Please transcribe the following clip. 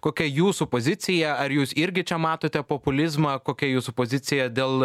kokia jūsų pozicija ar jūs irgi čia matote populizmą kokia jūsų pozicija dėl